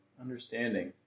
understanding